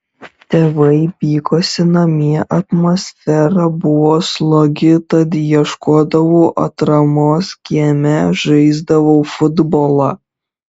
tėvai pykosi namie atmosfera buvo slogi tad ieškodavau atramos kieme žaisdavau futbolą